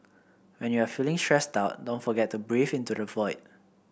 when you are feeling stressed out don't forget to breathe into the void